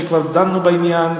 שכבר דנה בעניין,